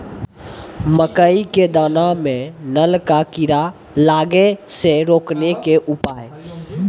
मकई के दाना मां नल का कीड़ा लागे से रोकने के उपाय?